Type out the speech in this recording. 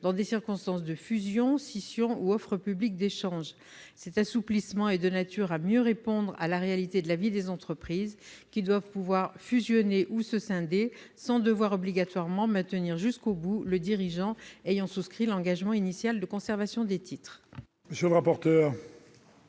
dans des circonstances de fusion, de scission ou d'offre publique d'échange. Cet assouplissement est de nature à mieux répondre à la réalité de la vie des entreprises : celles-ci doivent pouvoir fusionner ou se scinder sans devoir obligatoirement maintenir jusqu'au bout le dirigeant ayant souscrit l'engagement initial de conservation des titres.